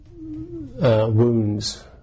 wounds